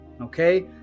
Okay